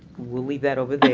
we'll leave that over there.